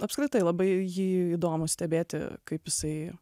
apskritai labai jį įdomu stebėti kaip jisai